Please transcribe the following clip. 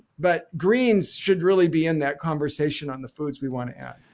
but greens should really be in that conversation on the foods we want to add